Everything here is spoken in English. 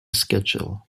schedule